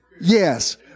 Yes